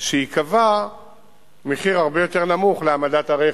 שייקבע מחיר הרבה יותר נמוך להעמדת הרכב,